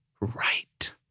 right